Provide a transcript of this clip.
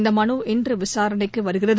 இந்த மனு இன்று விசாரணைக்கு வருகிறது